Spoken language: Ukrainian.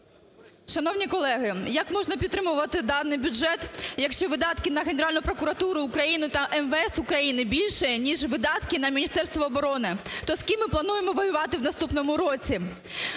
Шановні колеги, як можна підтримувати даний бюджет, якщо видатки на Генеральну прокуратуру України на МВС України більше ніж видатки на Міністерство оборони. То з ким ми плануємо воювати в наступному році?